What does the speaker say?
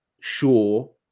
sure